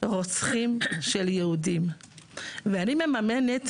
רוצחים של יהודים בבתי הכלא, ואני מממנת